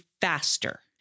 faster